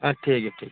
ᱟᱜ ᱴᱷᱤᱠ ᱜᱮᱭᱟ ᱴᱷᱤᱠ ᱴᱷᱤᱠ